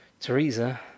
Teresa